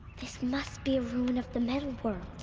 this must be a ruin of the metal world.